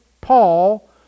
Paul